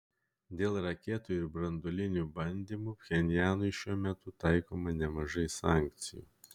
dėl raketų ir branduolinių bandymų pchenjanui šiuo metu taikoma nemažai sankcijų